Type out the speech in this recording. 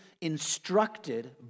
instructed